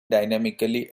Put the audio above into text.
dynamically